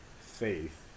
faith